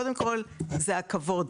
קודם כל, זה הכבוד.